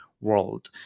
world